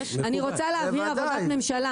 אני רוצה להבהיר הבהרת ממשלה